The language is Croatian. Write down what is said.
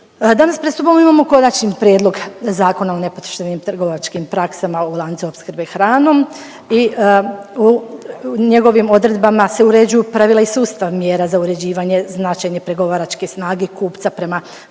Danas pred sobom imamo Konačni prijedlog Zakona o nepoštenim trgovačkim praksama u lancu opskrbe hranom i njegovim odredbama se uređuju pravila i sustav mjera za uređivanje značajne pregovaračke snage kupca prema